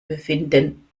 befinden